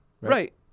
Right